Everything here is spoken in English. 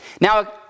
Now